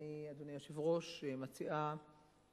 אדוני היושב-ראש, אני מציעה